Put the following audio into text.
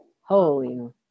Holy